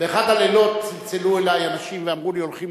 באחד הלילות צלצלו אלי אנשים ואמרו לי: הולכים